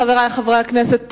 חברי חברי הכנסת,